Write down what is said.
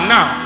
Now